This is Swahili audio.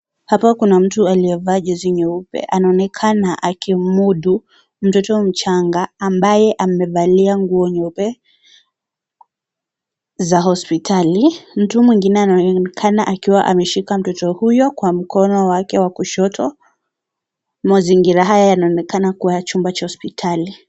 Hapa kuna mtu aliyevaa jezi nyeupe, anaonekana akimudu mtoo mchanaga ambaye amevalia nguo nyeupe, za hospitali, mtu mwingine anaonekana akiwa ameshika mtoto huyo, kwa mkono wake wa kushoto, mazingira haya yanaonekana kuwa ya chumba cha hospitali.